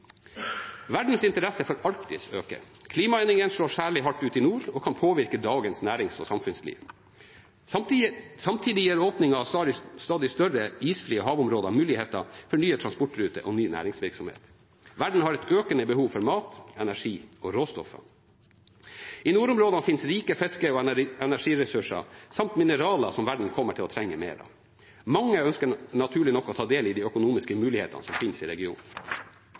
Verdens interesse for Arktis øker. Klimaendringene slår særlig hardt ut i nord og kan påvirke dagens nærings- og samfunnsliv. Samtidig gir åpningen av stadig større isfrie havområder muligheter for nye transportruter og ny næringsvirksomhet. Verden har et økende behov for mat, energi og råstoffer. I nordområdene finnes rike fiske- og energiressurser samt mineraler som verden kommer til å trenge mer av. Mange ønsker naturlig nok å ta del i de økonomiske mulighetene som finnes i regionen.